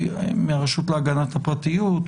מהרשות להגנת הפרטיות,